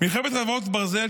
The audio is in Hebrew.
מלחמת חרבות ברזל,